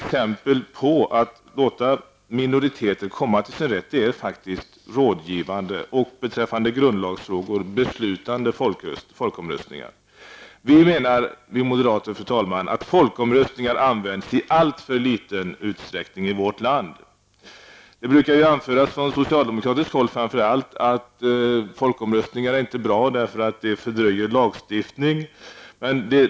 Minoriteter kan komma till sin rätt genom rådgivande folkomröstningar och, när det gäller grundlagsfrågor, beslutande folkomröstningar. Vi moderater menar, fru talman, att folkomröstningar används i alltför liten utsträckning i vårt land. Det brukar framför allt från socialdemokratiskt håll anföras att folkomröstningar inte är bra, eftersom de fördröjer lagstiftning.